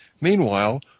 Meanwhile